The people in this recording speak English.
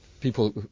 People